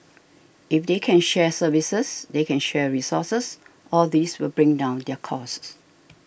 if they can share services they can share resources all these will bring down their costs